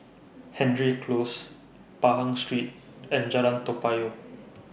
Hendry Close Pahang Street and Jalan Toa Payoh